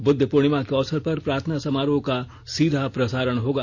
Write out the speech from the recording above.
बुद्ध पूर्णिमा के अवसर पर प्रार्थना समारोह का सीधा प्रसारण होगा